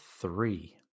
three